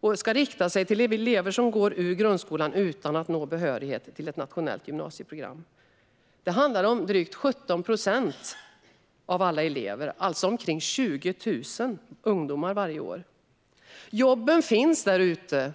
och rikta sig till elever som går ut grundskolan utan att nå behörighet till ett nationellt gymnasieprogram. Det handlar om drygt 17 procent av alla elever, alltså omkring 20 000 ungdomar varje år. Jobben finns där ute.